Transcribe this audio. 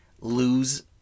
lose